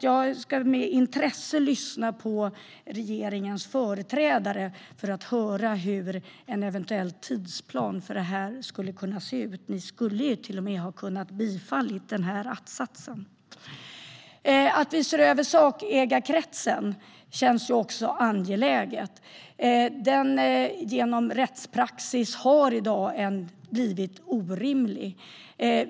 Jag ska med intresse lyssna på regeringens företrädare för att höra hur en eventuell tidsplan för detta skulle kunna se ut. De skulle till och med ha kunnat bifalla att-satsen. Att vi ser över sakägarkretsen känns också angeläget. Den har blivit orimlig i dag genom rättspraxis.